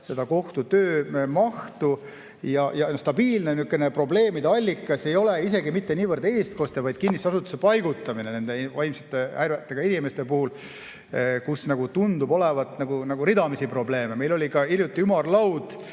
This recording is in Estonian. kohtu töömahtu. Stabiilne probleemide allikas ei ole isegi mitte niivõrd eestkoste, vaid kinnisesse asutusse paigutamine vaimsete häiretega inimeste puhul, kus tundub olevat ridamisi probleeme. Meil oli hiljuti ümarlaud,